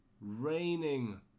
raining